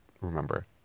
remember